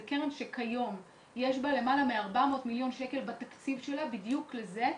זאת קרן שכיום יש בה למעלה מ-400 מיליון שקלים בתקציב שלה בדיוק לזה,